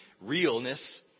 realness